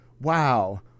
wow